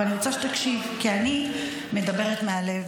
ואני רוצה שתקשיב, כי אני מדברת מהלב.